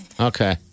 Okay